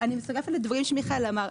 אני מצטרפת לדברים שמיכאל אמר,